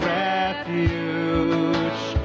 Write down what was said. refuge